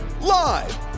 Live